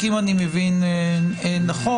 אם אני מבין נכון,